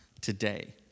today